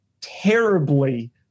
terribly